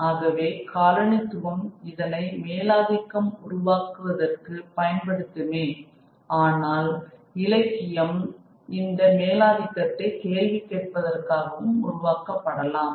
ஆகவே காலனித்துவம் இதனை மேலாதிக்கம் உருவாக்குவதற்கு பயன்படுத்துமே ஆனால் இலக்கியம் அந்த மேலாதிக்கத்தை கேள்வி கேட்பதற்காகவும் உருவாக்கப்படலாம்